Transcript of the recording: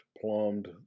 plumbed